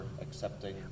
accepting